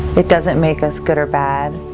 it doesn't make us good or bad,